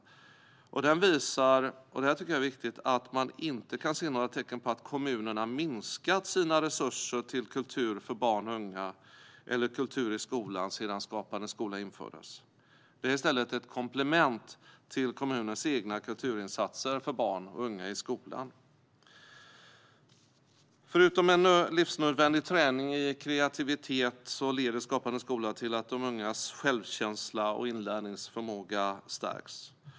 Utvärderingen visar - det är viktigt - att man inte kan se några tecken på att kommunerna har minskat sina resurser till kultur för barn och unga eller kultur i skolan sedan Skapande skola infördes. Skapande skola är i stället ett komplement till kommunernas egna kulturinsatser för barn och unga i skolan. Förutom en livsnödvändig träning i kreativitet leder Skapande skola till att de ungas självkänsla och inlärningsförmåga stärks.